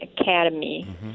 Academy